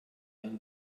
ein